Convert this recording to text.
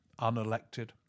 unelected